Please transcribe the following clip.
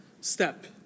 step